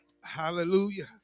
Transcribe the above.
Hallelujah